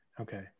Okay